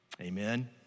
amen